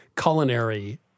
culinary